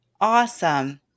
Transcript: Awesome